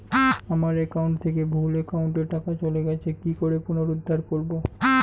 আমার একাউন্ট থেকে ভুল একাউন্টে টাকা চলে গেছে কি করে পুনরুদ্ধার করবো?